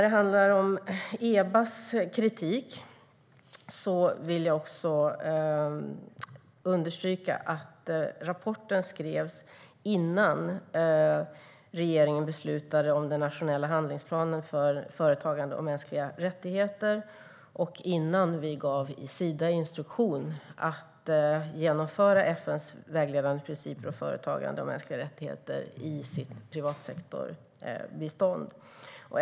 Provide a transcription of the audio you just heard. Vad gäller EBA:s kritik vill jag understryka att rapporten skrevs innan regeringen beslutade om den nationella handlingsplanen för företagande och mänskliga rättigheter och innan vi gav Sida instruktion att genomföra FN:s vägledande principer om företagande och mänskliga rättigheter i sitt privatsektorbistånd.